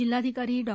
जिल्हाधिकारी डॉ